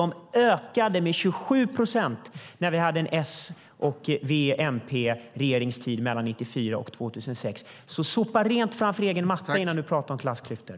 De ökade med 27 procent när vi hade en S-, V och MP-regeringsperiod mellan 1994 och 2006. Sopa alltså rent framför egen dörr innan du pratar om klassklyftor!